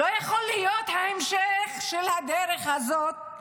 לא יכול להיות המשך של הדרך הזאת,